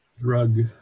drug